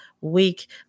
week